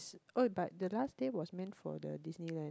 oh but the last day was meant for the Disneyland